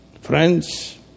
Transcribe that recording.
Friends